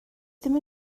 ddim